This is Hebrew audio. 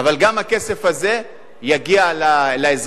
גם הכסף הזה יגיע לאזרחים,